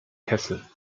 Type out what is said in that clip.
kessel